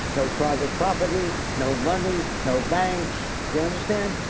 no private property, no money, no banks. you understand?